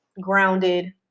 grounded